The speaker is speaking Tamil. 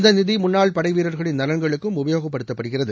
இந்த நிதி முன்னாள் படை வீரர்களின் நலன்களுக்கும் உபயோகப்படுத்தப்படுகிறது